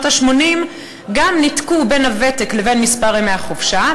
ה-80 גם ניתקו בין הוותק לבין מספר ימי החופשה,